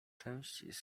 część